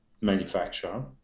manufacturer